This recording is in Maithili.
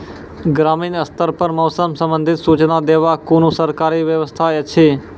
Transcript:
ग्रामीण स्तर पर मौसम संबंधित सूचना देवाक कुनू सरकारी व्यवस्था ऐछि?